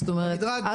זאת אומרת,